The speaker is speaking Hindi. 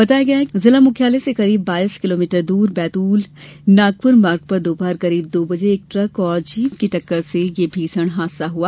बताया गया है कि जिला मुख्यालय से करीब बाइस किलोमीटर दूर बैतूल नागपुर मार्ग पर दोपहर करीब दो बजे एक ट्रक और जीप की टक्कर से ये भीषण हादसा हुआ